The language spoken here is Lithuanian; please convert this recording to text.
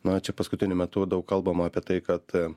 na čia paskutiniu metu daug kalbama apie tai kad